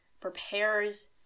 prepares